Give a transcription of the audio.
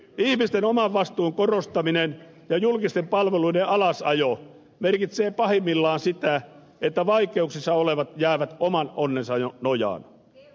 ihmisten oman vastuun korostaminen ja julkisten palveluiden alasajo merkitsee pahimmillaan sitä että vaikeuksissa olevat jäävät oman onnensa nojaan